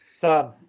Done